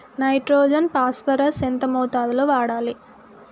Nitrogen phosphorus potassium ఎంత మోతాదు లో వాడాలి?